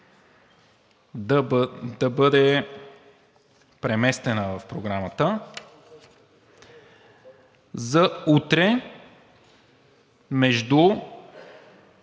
да бъде преместена в Програмата за утре между